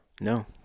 No